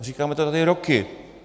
Říkáme to tady roky.